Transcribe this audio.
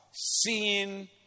seeing